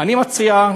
אני מציע,